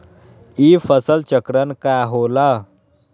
ई फसल चक्रण का होला?